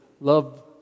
love